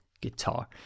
guitar